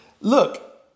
look